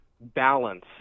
balance